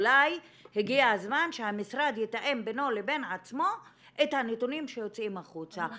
אולי הגיע הזמן שהמשרד יתאם בינו לבין עצמו את הנתונים שיוצאים החוצה.